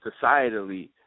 societally